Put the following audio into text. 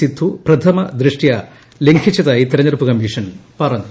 സിദ്ധു പ്രിഥമദൃഷ്ട്യാ ലംഘിച്ചതായി തെരഞ്ഞെടുപ്പ് കമ്മീഷൻ പ്പറഞ്ഞു